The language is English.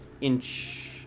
inch